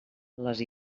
les